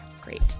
great